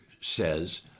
says